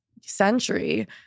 century